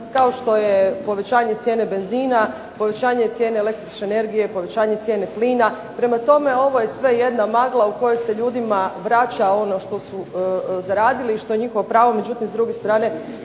Kao što je povećanje cijene benzina, povećanje cijene električne energije, povećanje cijene plina. Prema tome ovo je sve jedna magla u kojoj se ljudima vraća ono što su zaradili i što je njihovo pravo, međutim s druge strane